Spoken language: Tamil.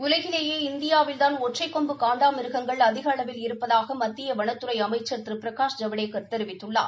உலகிலேயே இந்தியாவில்தான் ஒற்றை கொம்பு காண்டா மிருகங்கள் அதிக அளவில் இருப்பதாக மத்திய வனத்துறை அமைச்சர் திரு பிரகாஷ் ஜவடேக்கர் தெரிவித்துள்ளார்